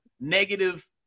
negative